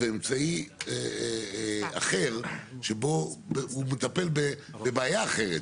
זה אמצעי אחר שהוא מטפל בבעיה אחרת,